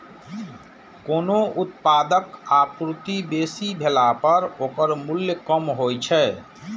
कोनो उत्पादक आपूर्ति बेसी भेला पर ओकर मूल्य कम होइ छै